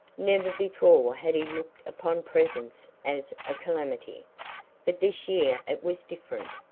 never before had he looked upon presents as a calamity but this year it was different.